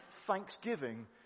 thanksgiving